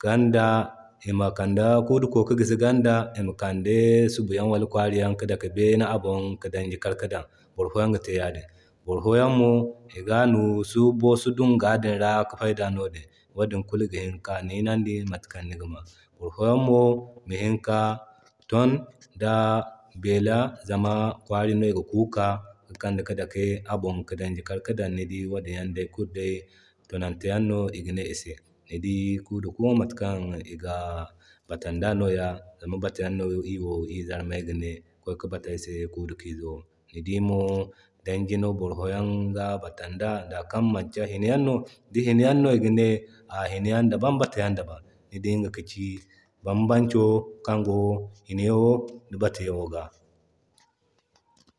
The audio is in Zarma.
ganda ima kande kuudiko ka gisi ganda, ima kande subuyan wala kwariyaŋ ki dake bene a bon ki danji kar ki dan, boro foyan ga te yadin. Boro foyan mo iga nuusu boso dungwa din ra ki fayda no din wadin kulu gi hini ka niinandi matakan niga ba. Boro foyaŋ mo ga hini ka ton da bela, zama kwari no iga kuu ki ka ka dake a bon ki danji kar ki dan. Ni dii wadin yaŋ kulu day tonan te yaŋ no iga ne ise. Ni dii kuuduku matakan iga batan da noya, zama batayan no iri wo iri zarmey ga ne, kway ki bata ay se kuudukizo. Ni dii mo danji no boro foyaŋ ga batan da zaday kaŋ manki hiniyaŋ no, ni di hini yanno igane hiniyan da ban batayan da ban. Ni dii iga ka ci banbanco kaŋ go hiniyoŋda batayano ga.